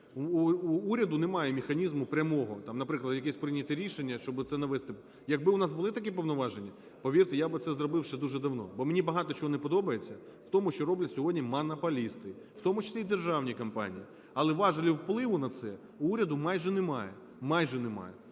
У уряду немає механізму прямого, там, наприклад, якесь прийняти рішення, щоб оце навести… Якби у нас були такі повноваження, повірте, я би це зробив ще дуже давно, бо мені багато чого не подобається в тому, що роблять сьогодні монополісти, в тому числі і державні компанії. Але важелів впливу на це у уряду майже немає, майже немає.